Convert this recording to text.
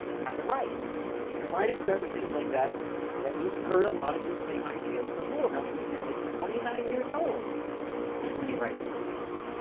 now you're right you're right if you have the feeling that that you've heard a lot of these same ideas before. milton's nearly twenty-nine years old when when he writes lycidas.